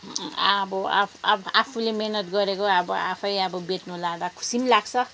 अब आफ आ आफूले मेहनत गरेको अब आफै अब बेच्नु लाँदा खुसी पनि लाग्छ